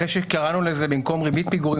אחרי שקראנו לזה דמי פיגורים במקום ריבית פיגורים,